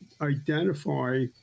identify